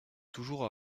toujours